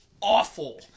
Awful